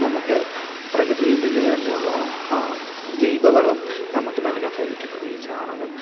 നമുക്ക് പ്രകൃതിയിൽ തന്നെയുള്ള ആ ജൈവവളം നമുക്കു നൽകാൻ സാധിക്കുന്നു ഈ ചാണകം